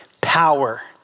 power